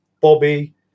bobby